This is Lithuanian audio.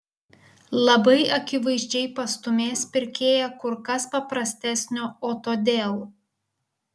labai akivaizdžiai pastūmės pirkėją kur kas paprastesnio o todėl